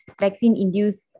vaccine-induced